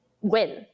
win